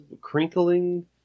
crinkling